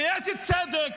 שיש צדק,